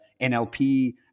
NLP